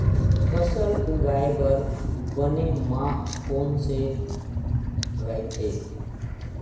फसल उगाये बर बने माह कोन से राइथे?